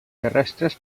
terrestres